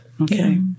okay